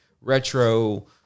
retro